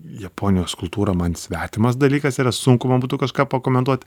japonijos kultūra man svetimas dalykas yra sunku būtų kažką pakomentuot